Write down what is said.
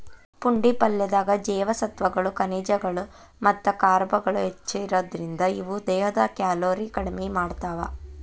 ಪುಂಡಿ ಪಲ್ಲೆದಾಗ ಜೇವಸತ್ವಗಳು, ಖನಿಜಗಳು ಮತ್ತ ಕಾರ್ಬ್ಗಳು ಹೆಚ್ಚಿರೋದ್ರಿಂದ, ಇವು ದೇಹದ ಕ್ಯಾಲೋರಿ ಕಡಿಮಿ ಮಾಡ್ತಾವ